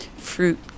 Fruit